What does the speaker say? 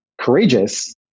courageous